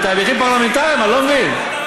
זה תהליכים פרלמנטריים, אני לא מבין.